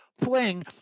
playing